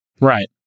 Right